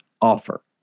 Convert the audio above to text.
offer